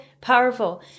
powerful